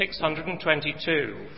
622